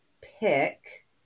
pick